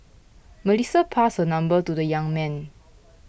Melissa passed her number to the young man